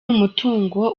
umutungo